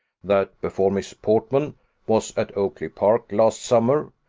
that before miss portman was at oakly-park last summer,